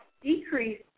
decrease